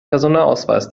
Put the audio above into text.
personalausweis